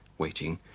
waiting,